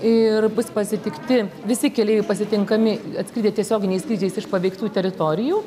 ir bus pasitikti visi keleiviai pasitinkami atskridę tiesioginiais skrydžiais iš paveiktų teritorijų